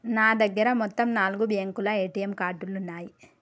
నా దగ్గర మొత్తం నాలుగు బ్యేంకుల ఏటీఎం కార్డులున్నయ్యి